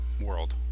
world